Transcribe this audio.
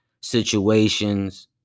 situations